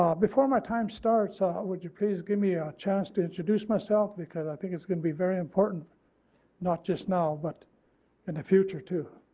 um before my time starts ah would you please give me a chance to introduce myself because i think it's going to be very important not just now but in the future too.